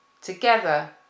together